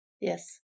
Yes